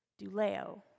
duleo